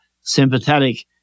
sympathetic